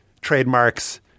trademarks